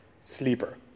sleeper